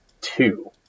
two